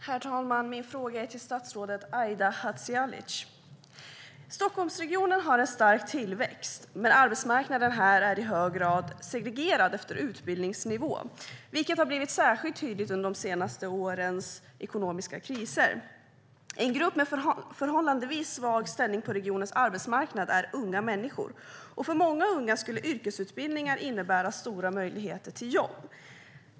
Herr talman! Min fråga går till statsrådet Aida Hadzialic. Stockholmsregionen har en stark tillväxt, men arbetsmarknaden här är i hög grad segregerad efter utbildningsnivå, vilket har blivit särskilt tydligt under de senaste årens ekonomiska kriser. En grupp med förhållandevis svag ställning på regionens arbetsmarknad är unga människor. För många unga skulle yrkesutbildningar innebära stora möjligheter till jobb.